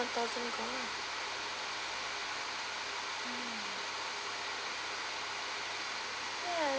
it doesn't ya